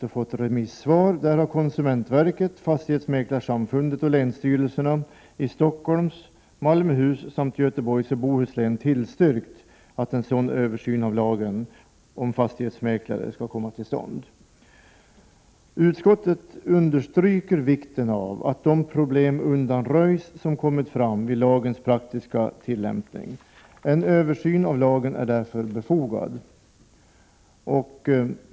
Vi har fått svar från konsumentverket, Sveriges fastighetsmäklarsamfund och länsstyrelserna i Stockholms, Malmöhus samt Göteborgs och Bohus län, där man har tillstyrkt motionärernas förslag att en översyn av lagen om fastighetsmäklare skall komma till stånd. Utskottet understryker vikten av att de problem som kommit fram vid lagens praktiska tillämpning undanröjs. En översyn av lagen är därför befogad.